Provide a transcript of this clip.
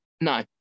No